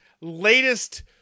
latest